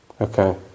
Okay